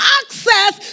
access